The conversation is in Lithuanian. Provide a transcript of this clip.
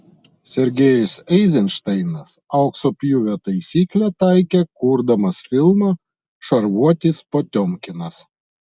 sergejus eizenšteinas aukso pjūvio taisyklę taikė kurdamas filmą šarvuotis potiomkinas